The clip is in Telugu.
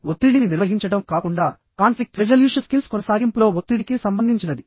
ఒత్తిడిని నిర్వహించడం కాకుండా కాన్ఫ్లిక్ట్ రెజల్యూషన్ స్కిల్స్ కొనసాగింపులో ఒత్తిడికి సంబంధించినది